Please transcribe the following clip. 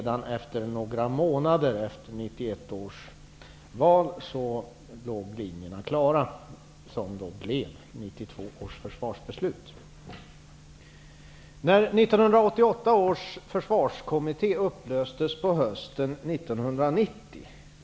De linjer som 1992 års försvarsbeslut bygger på låg klara redan några månader efter 1991 års val. 1990.